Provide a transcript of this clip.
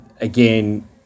again